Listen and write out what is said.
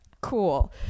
Cool